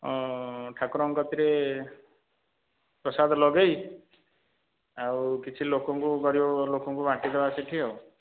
ଠାକୁରଙ୍କ କତିରେ ପ୍ରସାଦ ଲଗାଇ ଆଉ କିଛି ଲୋକଙ୍କୁ ଗରିବ ଲୋକଙ୍କୁ ବାଣ୍ଟି ଦେବା ସେହିଠି ଆଉ